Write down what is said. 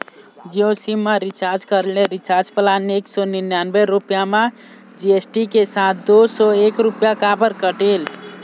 Jio SIM मा recharge करे ले रिचार्ज प्लान एक सौ निन्यानबे रुपए मा जी.एस.टी के साथ दो सौ एक रुपया काबर कटेल?